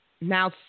Now